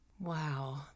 Wow